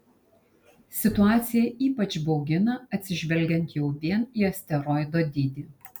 situacija ypač baugina atsižvelgiant jau vien į asteroido dydį